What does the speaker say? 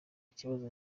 kibazo